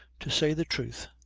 to say the truth,